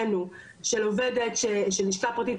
בשבילה בקשה כי היא חשבה שזה כן חל עליה,